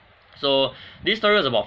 so this story was about